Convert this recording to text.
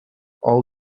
all